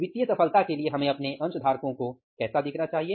वित्तीय सफलता के लिए हमें अपने अंशधारकों को कैसा दिखना चाहिए